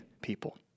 people